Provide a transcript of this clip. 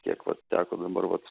kiek vat teko dabar vat